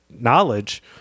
knowledge